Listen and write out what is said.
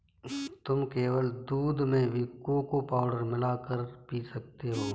तुम केवल दूध में भी कोको पाउडर मिला कर पी सकते हो